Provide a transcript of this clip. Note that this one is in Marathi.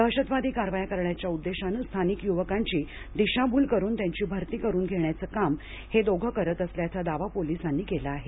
दहशतवादी कारवाया करण्याच्या उद्देशानं स्थानिक युवकांची दिशाभूल करून त्यांची भरती करून घेण्याचं काम हे दोघं करत असल्याचा दावा पोलिसांनी केला आहे